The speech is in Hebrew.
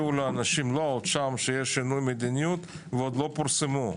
הודיעו לאנשים שיש שינוי מדיניות ועוד לא פורסמו.